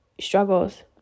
struggles